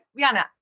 Rihanna